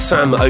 Sam